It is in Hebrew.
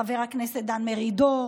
חבר הכנסת דן מרידור,